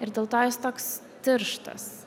ir dėl to jis toks tirštas